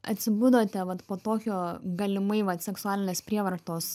atsibudote vat po tokio galimai vat seksualinės prievartos